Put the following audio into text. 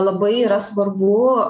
labai yra svarbu